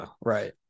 right